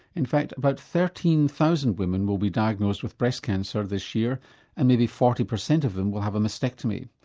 in fact about thirteen thousand women will be diagnosed with breast cancer this year and maybe forty percent of them will have a mastectomy.